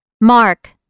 Mark